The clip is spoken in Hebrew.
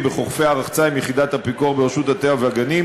בחופי הרחצה עם יחידת הפיקוח ברשות הטבע והגנים